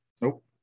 Nope